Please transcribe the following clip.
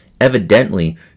evidently